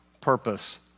purpose